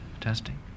testing